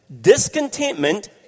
Discontentment